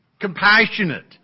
compassionate